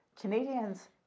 Canadians